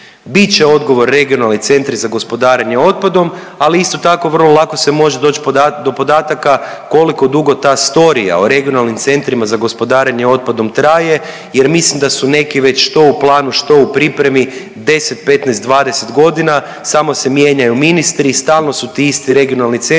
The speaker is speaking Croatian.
Bit će odgovor regionalni centri za gospodarenje otpadom, ali isto tako vrlo lako se može doći do podataka koliko dugo ta storija o regionalnim centrima za gospodarenje otpadom traje jer mislim da su neki već što u planu, što u pripremi 10, 15, 20 godina samo se mijenjaju ministri i stalo su ti isti regionalni centri